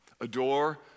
adore